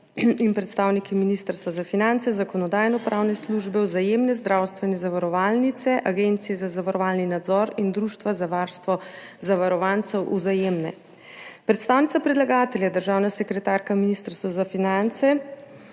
in predstavniki Ministrstva za finance, Zakonodajno-pravne službe, Vzajemne zdravstvene zavarovalnice, Agencije za zavarovalni nadzor in Društva za varstvo zavarovancev Vzajemne. Predstavnica predlagatelja, državna sekretarka Ministrstva za finance,